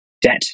debt